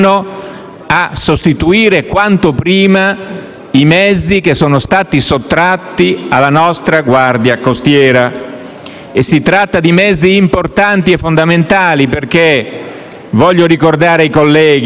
a sostituire quanto prima i mezzi che sono stati sottratti alla nostra Guardia costiera. Si tratta di mezzi importanti e fondamentali perché - lo voglio ricordare, colleghi